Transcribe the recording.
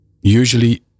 usually